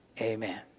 Amen